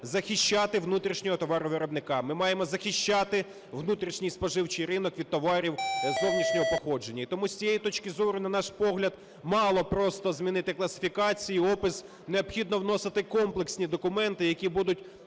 захищати внутрішнього товаровиробника, ми маємо захищати внутрішній споживчий ринок від товарів зовнішнього походження. І тому з цієї точки зору, на наш погляд, мало просто змінити класифікацію і опис, необхідно вносити комплексні документи, які будуть